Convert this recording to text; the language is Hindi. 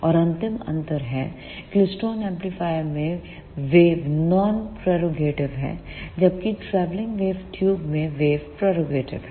और अंतिम अंतर है क्लेस्ट्रॉन एम्पलीफायर में वेव नॉन प्रॉपेगेटटिव है जबकि ट्रैवलिंग वेव ट्यूब में वेव प्रॉपेगेटिव है